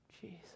Jesus